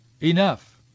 Enough